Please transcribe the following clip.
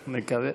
מקווה.